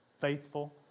faithful